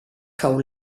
cau